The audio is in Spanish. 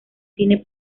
cine